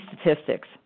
statistics